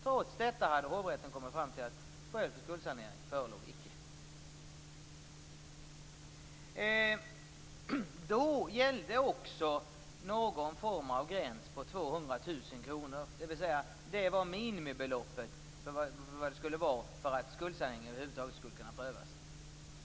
Trots detta hade hovrätten kommit fram till att skäl för skuldsanering icke förelåg. Vid den tidpunkten gällde en form av gräns vid 200 000 kr, dvs. det var minimibeloppet för att en begäran om skuldsanering över huvud taget skulle kunna prövas.